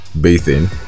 Bathing